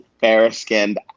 fair-skinned